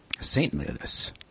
saintliness